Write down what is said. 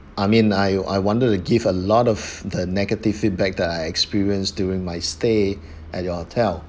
I mean I I wanted to give a lot of the negative feedback that I experienced during my stay at your hotel